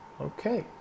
Okay